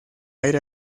aire